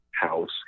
house